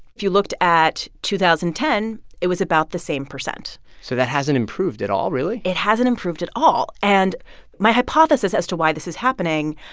if you looked at two thousand and ten, it was about the same percent so that hasn't improved at all really? it hasn't improved at all. and my hypothesis as to why this is happening,